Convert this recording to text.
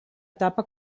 etapa